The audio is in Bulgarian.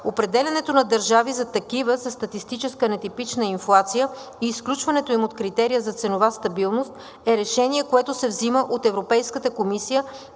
Определянето на държави за такива със статистическа нетипична инфлация и изключването им от критерия за ценова стабилност е решение, което се взима от Европейската комисия